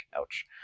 Ouch